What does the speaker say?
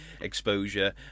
exposure